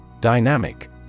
Dynamic